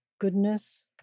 goodness